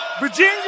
Virginia